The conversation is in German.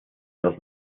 dass